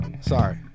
sorry